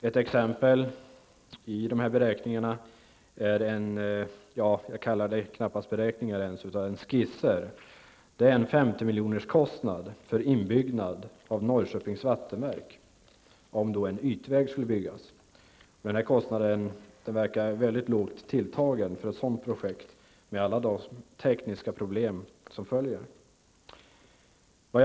Ett exempel i dessa skisser är en kostnad på 50 milj.kr. för en inbyggnad av Denna kostnad verkar lågt tilltagen för ett sådant projekt med alla de tekniska problem som följer därav.